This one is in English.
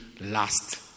last